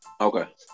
Okay